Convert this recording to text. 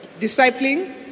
discipling